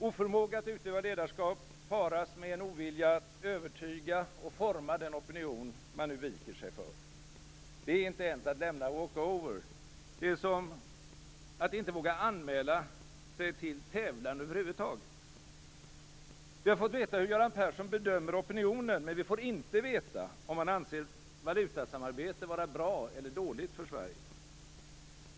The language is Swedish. Oförmåga att utöva ledarskap paras med en ovilja att övertyga och forma den opinion man nu viker sig för. Det är inte ens att lämna walk over - det är som att över huvud taget inte våga anmäla sig till tävlan. Vi har fått veta hur Göran Persson bedömer opinionen, men vi får inte veta om han anser valutasamarbete vara bra eller dåligt för Sverige.